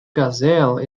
gazelle